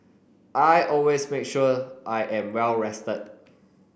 I always make sure I am well rested